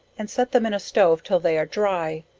and set them in a stove, till they are dry,